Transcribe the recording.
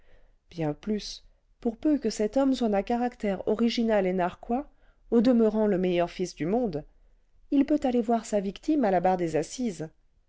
bien plus pour peu que cet homme soit d'un caractère original et narquois au demeurant le meilleur fils du monde il peut aller voir sa victime à la barre des assises